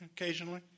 occasionally